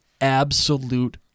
absolute